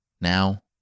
Now